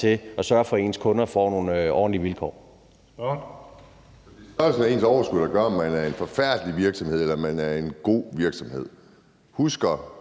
til at sørge for, at deres kunder får nogle ordentlige vilkår.